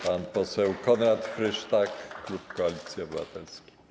Pan poseł Konrad Frysztak, klub Koalicji Obywatelskiej.